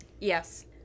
yes